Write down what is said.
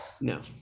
No